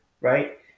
right